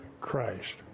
Christ